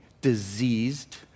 diseased